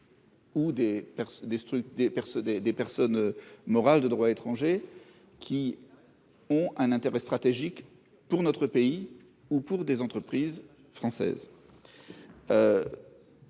des personnes morales de droit étranger qui ont un intérêt stratégique pour notre pays ou pour des entreprises françaises.